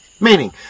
Meaning